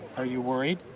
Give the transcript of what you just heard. are you worried?